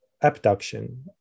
abduction